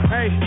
Hey